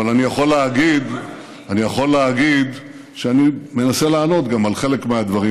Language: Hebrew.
אבל אני יכול להגיד שאני מנסה לענות גם על חלק מהדברים,